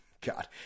God